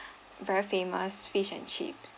very famous fish and chip